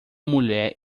mulher